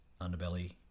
Underbelly